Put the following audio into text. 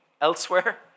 elsewhere